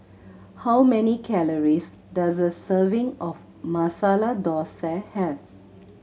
how many calories does a serving of Masala Dosa have